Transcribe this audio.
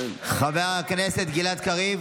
חבר הכנסת גלעד קריב,